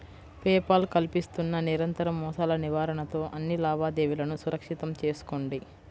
pay Paul కల్పిస్తున్న నిరంతర మోసాల నివారణతో అన్ని లావాదేవీలను సురక్షితం చేసుకోండి